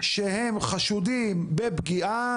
שהם חשודים בפגיעה,